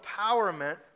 empowerment